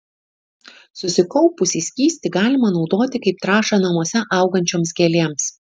susikaupusį skystį galima naudoti kaip trąšą namuose augančioms gėlėms